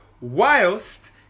Whilst